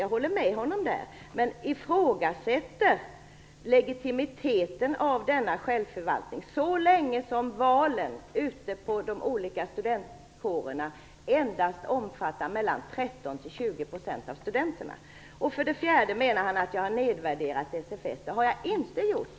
Det håller jag med honom om, men jag ifrågasätter legitimiteten av denna självförvaltning, så länge valen ute på de olika studentkårerna endast omfattar mellan 13 och För det fjärde menar han att jag har nedvärderat SFS. Det har jag inte gjort.